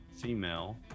female